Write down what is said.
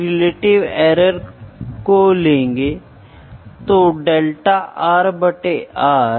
यदि आप प्रेशर के बारे में पता लगाना चाहते हैं तो आप ऐसे करें जैसे मैंने फोर्स लिया और फिर मैंने इसे एरिया से भाग दिया